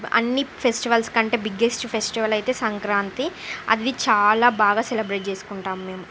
అన్నీఫెస్టివల్స్ కంటే biggest festival అయితే సంక్రాంతి అది చాలా బాగా సెలబ్రేట్ చేసుకుంటాం మేము